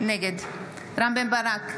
נגד רם בן ברק,